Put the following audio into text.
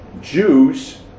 Jews